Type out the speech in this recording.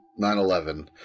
9-11